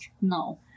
no